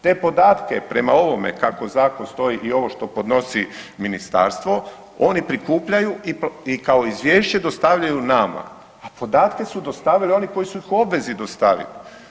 Te podatke prema ovome kako Zakon stoji i ovo što podnosi Ministarstvo, oni prikupljaju i kao izvješće dostavljaju nama, a podatke su dostavili oni koji su ih u obvezi dostaviti.